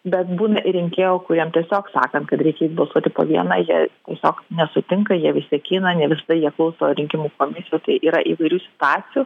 bet būna ir rinkėjų kuriem tiesiog sakant kad reikia eit balsuoti po vieną jie tiesiog nesutinka jie vis tiek eina ne visada jie klauso rinkimų komisijų tai yra įvairių situacijų